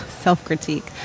Self-critique